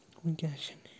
وٕنۍ کیٛاہ چھِنہٕ